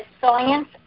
science